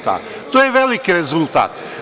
To je veliki rezultat.